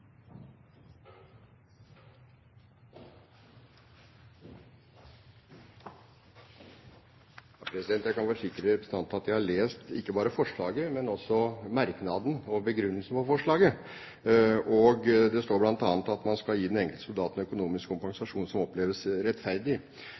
Jeg kan forsikre representanten om at jeg har lest, ikke bare forslaget, men også merknaden og begrunnelsen for forslaget. Det står bl.a. at man skal «gi den enkelte soldat en økonomisk